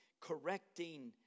correcting